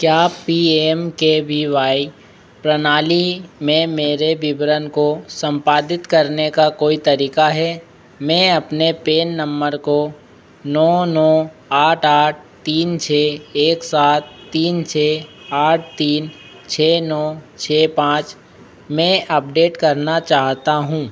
क्या P M K V Y प्रणाली में मेरे विवरण को संपादित करने का कोई तरीक़ा है मे अपने पेन नंबर को नौ नौ आठ आठ तीन छः एक सात तीन छः आठ तीन छः नौ छः पाँच में अपडेट करना चाहता हूँ